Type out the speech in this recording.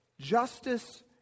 ...justice